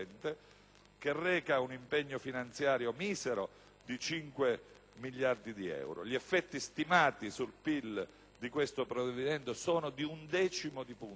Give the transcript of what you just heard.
che reca un misero impegno finanziario di 5 miliardi di euro. Gli effetti stimati sul PIL di questo provvedimento sono di un decimo di punto